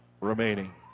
remaining